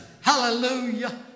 Hallelujah